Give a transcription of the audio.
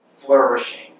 flourishing